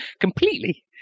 completely